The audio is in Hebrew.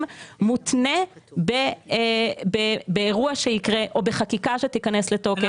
מותנה באירוע שיקרה או בחקיקה שתיכנס לתוקף.